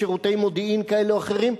בשירותי ביטחון כאלה או אחרים.